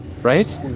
right